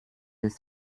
ist